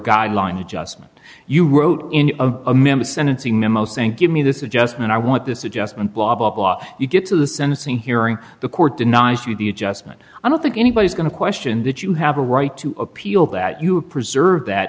guideline adjustment you wrote in a memo sentencing memo saying give me this adjustment i want this adjustment blah blah blah you get to the sentencing hearing the court denies you the adjustment i don't think anybody's going to question that you have a right to appeal that you preserve that